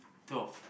twelve